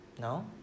No